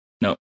No